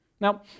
Now